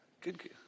Good